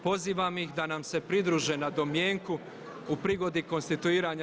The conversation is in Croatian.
Pozivam ih da nam se pridruže na domjenku u prigodi konstituiranja